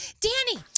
Danny